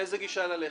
לאיזו גישה ללכת?